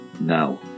Now